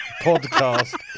podcast